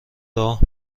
راه